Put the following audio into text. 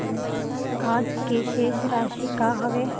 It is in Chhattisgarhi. आज के शेष राशि का हवे?